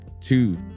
two